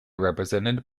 represented